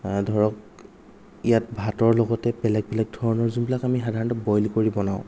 ধৰক ইয়াত ভাতৰ লগতে বেলেগ বেলেগ ধৰণৰ যোনবিলাক আমি সাধাৰণতে বইল কৰি বনাওঁ